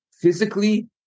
Physically